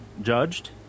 judged